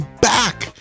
back